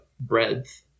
breadth